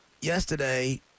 yesterday